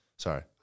Sorry